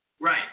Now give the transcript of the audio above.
Right